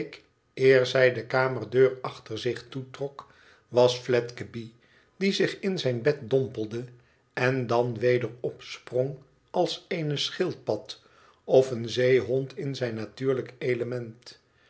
eer zij de kamerdeur achter zich toetrok was fledgeby die zich in zijn bed dompelde en dan weder opsprong als eene schildpad of een zeehond in zijn natuurlijk element